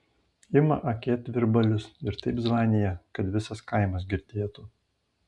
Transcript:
ima akėtvirbalius ir taip zvanija kad visas kaimas girdėtų